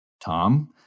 Tom